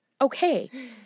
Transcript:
Okay